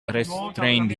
restrained